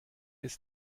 ist